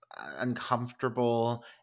uncomfortable